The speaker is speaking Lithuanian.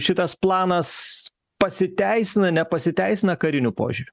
šitas planas pasiteisina nepasiteisina kariniu požiūriu